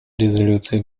резолюций